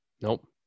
Nope